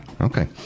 Okay